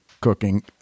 cooking